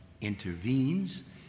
intervenes